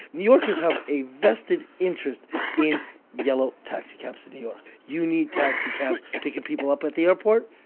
new yorkers have a vested interest in yellow taxicabs in new york. you need taxicabs picking people up at the airport,